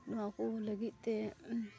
ᱱᱚᱣᱟᱠᱚ ᱞᱟᱹᱜᱤᱫᱛᱮ